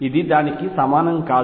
ఇది దానికి సమానం కాదు